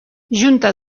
junta